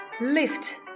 lift